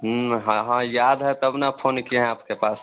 हाँ हाँ याद है तब ना फ़ोन किए हैं आपके पास